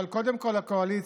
אבל קודם כול הקואליציה,